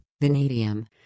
vanadium